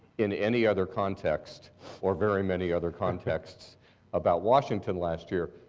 in any other context or very many other contexts about washington last year.